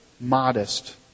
modest